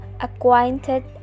acquainted